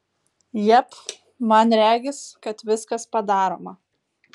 jep man regis kad viskas padaroma